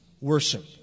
worship